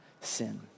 sin